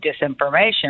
disinformation